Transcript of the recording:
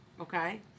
Okay